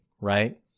right